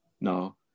No